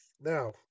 Now